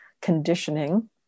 conditioning